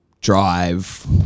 drive